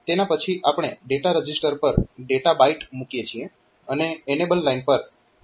તેના પછી આપણે ડેટા રજીસ્ટર પર ડેટા બાઈટ મૂકીએ છીએ અને એનેબલ લાઇન પર હાય ટૂ લો પલ્સ આપવામાં આવે છે